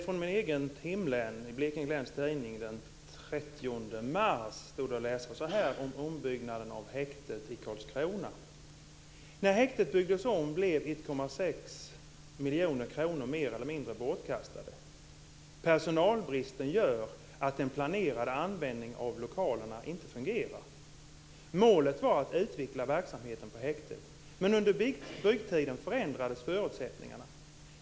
Följande stod att läsa i Blekinge Läns Mkr mer eller mindre bortkastade. Personalbrist gör att den planerade användningen av lokalerna inte fungerar. Målet var att utveckla verksamheten på häktet, men under byggtiden förändrades förutsättningarna.